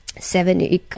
seven